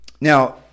Now